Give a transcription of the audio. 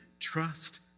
Trust